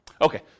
Okay